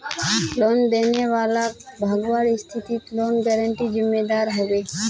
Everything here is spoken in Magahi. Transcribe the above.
लोन लेने वालाक भगवार स्थितित लोन गारंटरेर जिम्मेदार ह बे